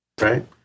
Right